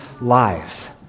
lives